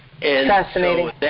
Fascinating